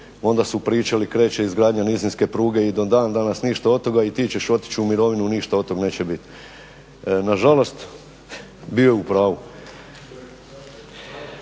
onda su pričali kreće izgradnja nizinske pruge i do dan danas ništa od toga. I ti ćeš otići u mirovinu i ništa od toga neće biti. Nažalost, bio je u pravu.